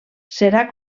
serà